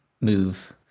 move